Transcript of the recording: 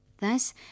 Thus